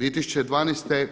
2012. je,